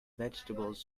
vegetables